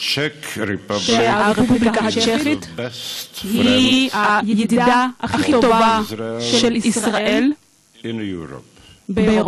שהרפובליקה הצ'כית היא הידידה הכי טובה של ישראל באירופה.